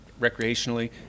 recreationally